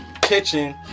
kitchen